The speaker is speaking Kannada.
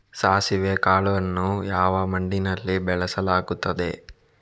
ಸಾಸಿವೆ ಕಾಳನ್ನು ಯಾವ ಮಣ್ಣಿನಲ್ಲಿ ಬೆಳೆಸಲಾಗುತ್ತದೆ?